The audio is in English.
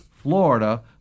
Florida